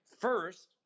First